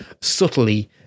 subtly